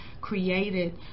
created